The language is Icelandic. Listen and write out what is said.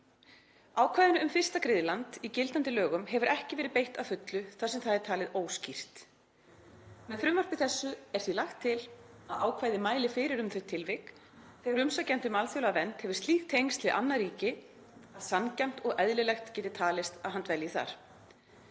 Ákvæðinu um fyrsta griðland í gildandi lögum hefur ekki verið beitt að fullu þar sem það er talið óskýrt. Með frumvarpi þessu er því lagt til að ákvæðið mæli fyrir um þau tilvik þegar umsækjandi um alþjóðlega vernd hefur slík tengsl við annað ríki að sanngjarnt og eðlilegt geti talist að hann dvelji þar.